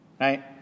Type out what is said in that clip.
right